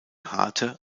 harte